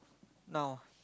now